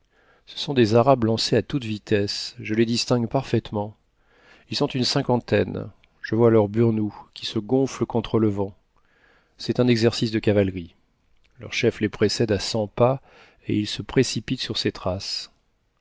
ce sont des arabes lancés à toute vitesse je les distingue parfaitement ils sont une cinquantaine je vois leurs burnous qui se gonflent contre le vent c'est un exercice de cavalerie leur chef les précède à cent pas et ils se précipitent sur ses traces